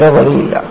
വേറെ വഴിയില്ല